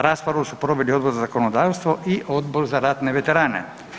Raspravu su proveli Odbor za zakonodavstvo i Odbor za ratne veterane.